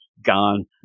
gone